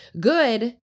good